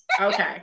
Okay